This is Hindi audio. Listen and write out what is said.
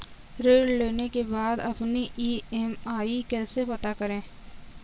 ऋण लेने के बाद अपनी ई.एम.आई कैसे पता करें?